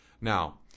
Now